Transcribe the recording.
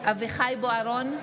אביחי אברהם בוארון,